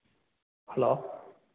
hello